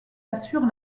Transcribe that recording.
assure